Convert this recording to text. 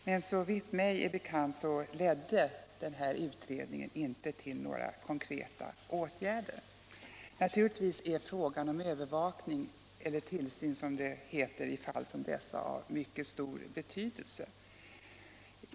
Men såvitt mig är bekant ledde den här utredningen inte till några konkreta åtgärder. Naturligtvis är frågan om övervakning, eller tillsyn, som det heter i fall som dessa, av mycket stor betydelse.